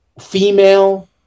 female